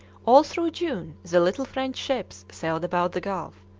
all through june the little french ships sailed about the gulf,